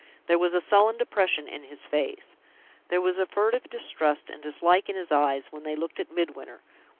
there was a sullen depression in his face there was a furtive distrust and dislike in his eyes when they looked at midwinter,